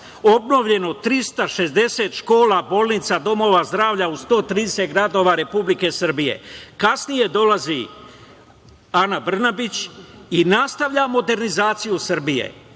Obnovljeno 360 škola, bolnica, domova zdravlja u 130 gradova Republike Srbije. Kasnije dolazi Ana Brnabić i nastavlja modernizaciju Srbije